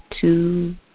two